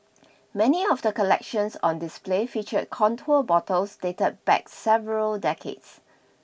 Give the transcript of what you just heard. many of the collections on display featured contour bottles dated back several decades